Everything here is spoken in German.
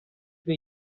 wir